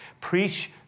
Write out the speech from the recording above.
preach